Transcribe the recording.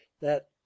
that